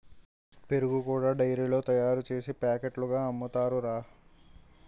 పెరుగు కూడా డైరీలోనే తయారుసేసి పాకెట్లుగా అమ్ముతారురా